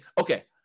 okay